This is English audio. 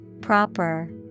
Proper